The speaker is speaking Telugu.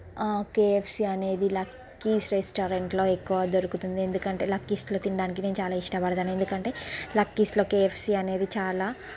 ఆ కేఎఫ్సీ అనేది లక్కీస్ రెస్టారెంట్లో ఎక్కువ దొరుకుతుంది ఎందుకంటే లక్కీస్లో తినడానికి చాలా ఇష్టపడతాను ఎందుకంటే లక్కీస్లో కేఎఫ్సీ అనేది చాలా